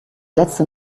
letzte